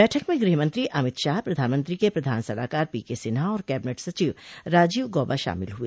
बैठक में गृहमंत्री अमित शाह प्रधानमंत्री के प्रधान सलाहकार पी के सिन्हा और कैबिनेट सचिव राजीव गौबा शामिल हुए